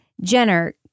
Jenner